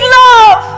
love